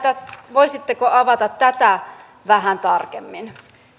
voisitteko avata tätä vähän tarkemmin